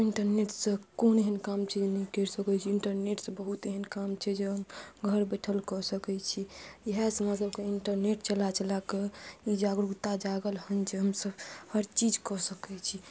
इन्टरनेटसँ कोन एहन काम छै जे नहि करि सकैत छी इन्टरनेटसँ बहुत एहन काम छै जे हम घर बैसल कऽ सकैत छी इहएसँ हमरा सभके इन्टरनेट चला चलाके ई जागरूकता जागल हन जे हमसभ हर चीज कऽ सकैत छी